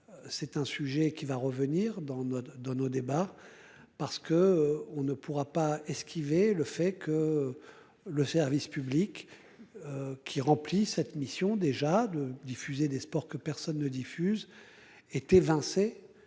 C'est un sujet qui va revenir dans notre dans nos débats parce que on ne pourra pas esquiver le fait que. Le service public. Qui remplit cette mission déjà de diffuser des sports que personne ne diffuse. Est évincé.